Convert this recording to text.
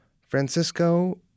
Francisco